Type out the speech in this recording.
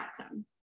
outcome